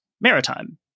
maritime